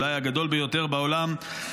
אולי הגדול ביותר בעולם,